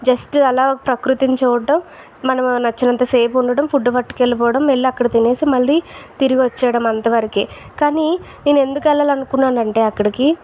just అలా ఓ ప్రకృతిని చూడడం మనం నచ్చినంత సేపు ఉండడం ఫుడ్ పట్టుకు వెళ్ళిపోవడం వెళ్ళి అక్కడ తినేసి మళ్ళీ తిరిగి వచ్చేయడం అంత వరకే కానీ నేను ఏందుకు వెళ్ళాలనుకున్నాను అంటే అక్కడకి